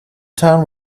town